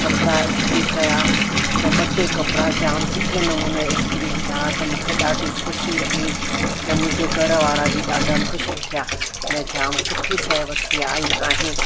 कपिड़ा इस्त्री कया त ॿ टे कपिड़ा जाम सुठे नमूने इस्त्री थिया त मूंखे ॾाढ़ी ख़ुशी थी ऐं मुंहिंजे घरवारा बि डाढ़ा ख़ुशि थिया भई जाम सुठी शइ वठी आई आहे